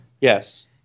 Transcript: Yes